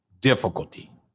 difficulty